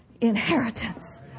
inheritance